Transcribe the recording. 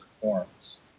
forms